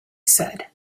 said